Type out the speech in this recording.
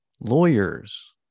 lawyers